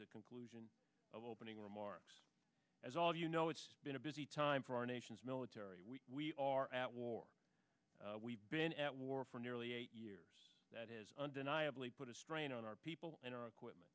the conclusion of opening remarks as all of you know it's been a busy time for our nation's military we are at war we've been at war for nearly eight years that is undeniably put a strain on our people and our equipment